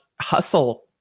hustle